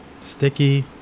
Sticky